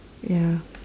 ya